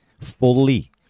fully